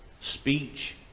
speech